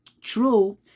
true